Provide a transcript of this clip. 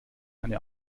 eine